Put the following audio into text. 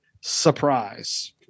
Surprise